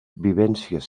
vivències